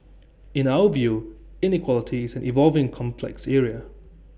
in our view inequality is an evolving complex area